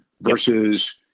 versus